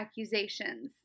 accusations